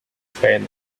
spanish